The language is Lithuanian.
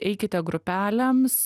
eikite grupelėms